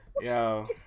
Yo